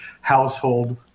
household